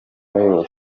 yose